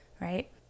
right